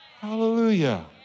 Hallelujah